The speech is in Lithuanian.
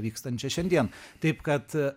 vykstančią šiandien taip kad